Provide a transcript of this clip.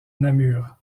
namur